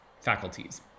faculties